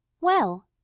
Well